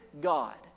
God